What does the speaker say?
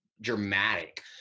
dramatic